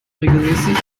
regelmäßig